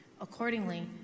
Accordingly